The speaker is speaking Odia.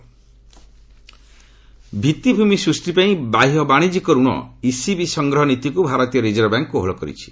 ଆର୍ବିଆଇ ଭିଭିମି ସୃଷ୍ଟି ପାଇଁ ବାହ୍ୟ ବାଣିଜ୍ୟିକ ଋଣ ଇସିବି ସଂଗ୍ରହ ନୀତିକୁ ଭାରତୀୟ ରିଜର୍ଭ ବ୍ୟାଙ୍କ କୋହଳ କରିଛନ୍ତି